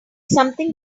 something